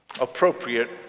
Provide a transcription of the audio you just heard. appropriate